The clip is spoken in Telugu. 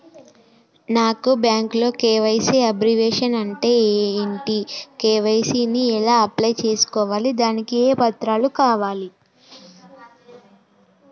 నాకు బ్యాంకులో కే.వై.సీ అబ్రివేషన్ అంటే ఏంటి కే.వై.సీ ని ఎలా అప్లై చేసుకోవాలి దానికి ఏ పత్రాలు కావాలి?